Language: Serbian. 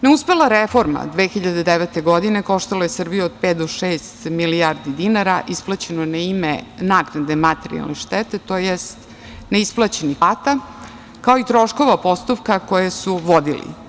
Neuspela reforma 2009. godine koštalo je Srbiju od pet do šest milijardi dinara isplaćeno na ime naknade materijalne štete, tj. neisplaćenih plata, kao i troškova postupka koje su vodili.